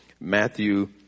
Matthew